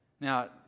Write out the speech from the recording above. Now